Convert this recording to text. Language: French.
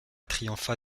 triompha